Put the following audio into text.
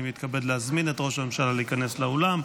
אני מתכבד להזמין את ראש הממשלה להיכנס לאולם.